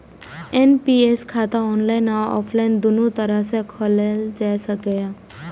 NPS खाता online आ offline, दुनू तरह सं खोलाएल जा सकैए